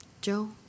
Joe